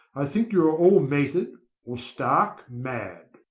i think you are all mated or stark mad.